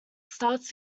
starts